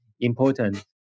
important